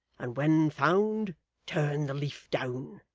and when found turn the leaf down.